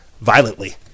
violently